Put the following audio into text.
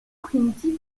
primitif